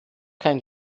kein